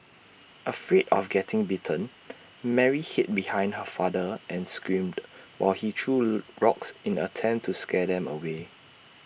afraid of getting bitten Mary hid behind her father and screamed while he threw rocks in an attempt to scare them away